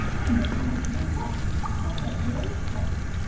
i made them out to be wrecks sunk at various depths,